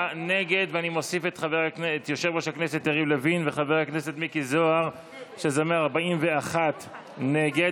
אני אוסיף את חבר הכנסת מיקי זוהר וחבר הכנסת יעקב ליצמן,